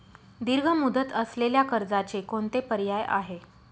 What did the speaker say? दीर्घ मुदत असलेल्या कर्जाचे कोणते पर्याय आहे?